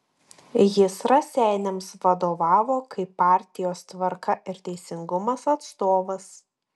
jis raseiniams vadovavo kaip partijos tvarka ir teisingumas atstovas